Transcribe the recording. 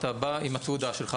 אתה בא עם התעודה שלך,